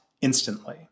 instantly